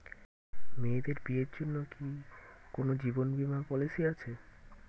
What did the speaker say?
মেয়েদের বিয়ের জন্য কি কোন জীবন বিমা পলিছি আছে?